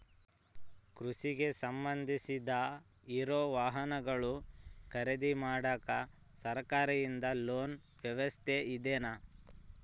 ಕೃಷಿಗೆ ಸಂಬಂಧ ಇರೊ ವಾಹನಗಳನ್ನು ಖರೇದಿ ಮಾಡಾಕ ಸರಕಾರದಿಂದ ಲೋನ್ ವ್ಯವಸ್ಥೆ ಇದೆನಾ?